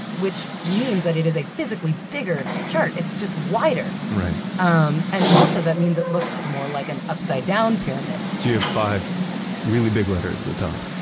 which means that it is a physically bigger chart. it's just wider right um and also that means it looks more like an upside-down pyramid so you have five really big letters at the top,